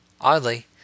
Oddly